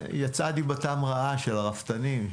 יצאה דיברתם רעה של הרפתנים,